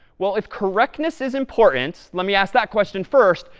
well, if correctness is important let me ask that question first.